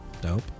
Dope